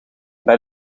bij